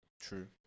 True